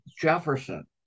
Jefferson